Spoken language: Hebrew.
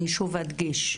אני שוב אדגיש,